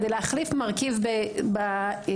כדי להחליף מרכיב בחומר